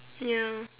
ya